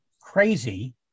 crazy